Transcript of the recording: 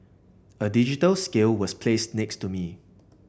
a digital scale was placed next to me